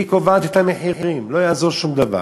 היא קובעת את המחירים, לא יעזור שום דבר.